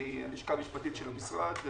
מן הלשכה המשפטית של המשרד.